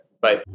bye